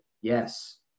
Yes